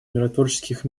миротворческих